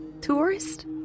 tourist